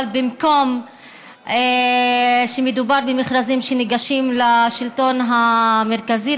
אבל במקום שמדובר במכרזים של השלטון המרכזי,